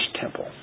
temple